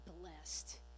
blessed